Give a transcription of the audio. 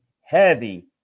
heavy